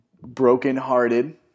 brokenhearted